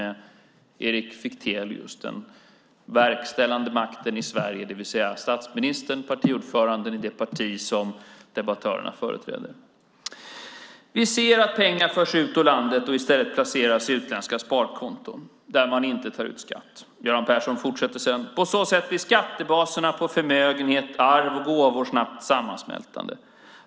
Det var den verkställande makten i Sverige, det vill säga statsministern, partiordföranden i det parti som debattörerna företräder. Vi ser att pengar förs ut ur landet och i stället placeras i utländska sparkonton där man inte tar ut skatt, säger Göran Persson. Han fortsätter sedan: På så sätt blir skattebaserna på förmögenhet, arv och gåvor snabbt sammansmältande.